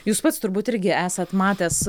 jūs pats turbūt irgi esat matęs